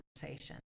conversation